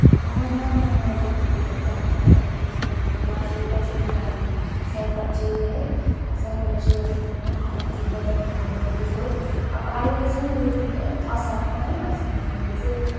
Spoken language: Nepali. महिना महिनामा रेप्ने फुलहरू चाहिँ हामी यता इम्प्रेसन भयो अब दसैँ तिहारमा सयपत्री है सयपत्री अन्त यता मखमली गोदावरी हामी अब त्यस्तो अब अहिले जुन यो असारमा है असारमा हामीले चाहिँ